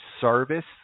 service